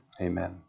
Amen